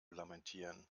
lamentieren